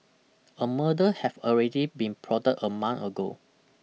a murder have already been plotted a month ago